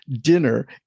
dinner